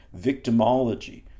victimology